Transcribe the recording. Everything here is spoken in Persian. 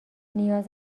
نیاز